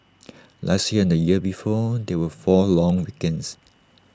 last year and the year before there were four long weekends